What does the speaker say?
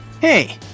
Hey